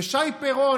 ושי פירון,